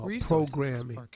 programming